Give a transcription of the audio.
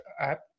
app